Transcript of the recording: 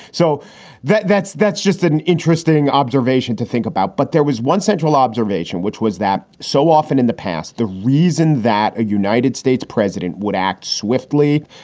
so that's that's just an interesting observation to think about. but there was one central observation, which was that so often in the past, the reason that a united states president would act swiftly,